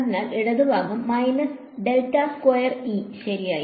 അതിനാൽ ഇടതുഭാഗം ശരിയായി